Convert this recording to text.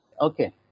Okay